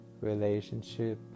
relationship